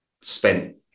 spent